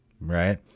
right